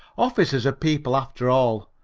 officers are people after all,